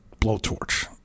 blowtorch